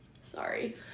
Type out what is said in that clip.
sorry